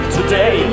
Today